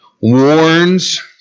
warns